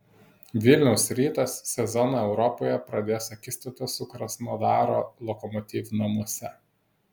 vilniaus rytas sezoną europoje pradės akistata su krasnodaro lokomotiv namuose